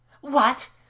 What